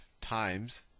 times